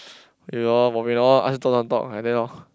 you orh orh ask you talk don't want talk lke that lor